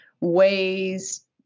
ways